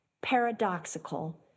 paradoxical